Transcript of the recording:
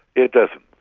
it doesn't.